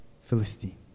Philistine